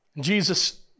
Jesus